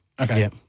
Okay